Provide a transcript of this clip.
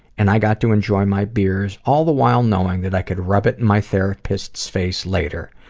and i got to enjoy my beers all the while knowing that i could rub it in my therapist's face later,